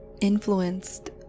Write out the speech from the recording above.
influenced